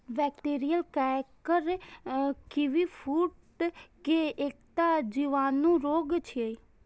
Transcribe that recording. bacterial canker kiwi fruit के एकटा जीवाणु रोग छियै